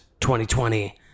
2020